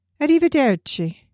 Arrivederci